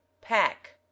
Pack